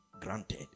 granted